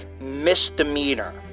misdemeanor